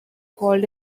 called